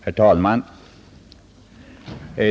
Herr talman!